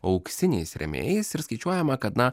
auksiniais rėmėjais ir skaičiuojama kad na